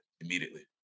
immediately